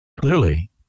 Clearly